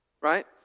right